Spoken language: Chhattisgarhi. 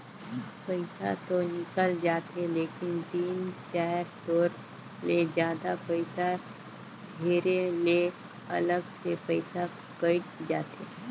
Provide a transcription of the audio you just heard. पइसा तो निकल जाथे लेकिन तीन चाएर तोर ले जादा पइसा हेरे ले अलग से पइसा कइट जाथे